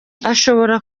ashobora